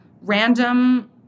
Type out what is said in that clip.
random